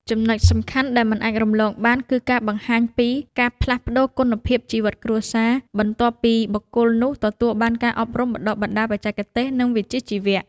ចំណុចសំខាន់ដែលមិនអាចរំលងបាន គឺការបង្ហាញពី «ការផ្លាស់ប្តូរគុណភាពជីវិតគ្រួសារ» បន្ទាប់ពីបុគ្គលនោះទទួលបានការអប់រំបណ្ដុះបណ្ដាលបច្ចេកទេស និងវិជ្ជាជីវៈ។